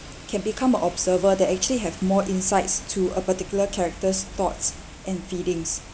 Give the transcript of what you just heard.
can become a observer that actually have more insights to a particular character's thoughts and feelings